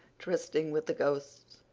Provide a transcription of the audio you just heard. trysting with the ghosts.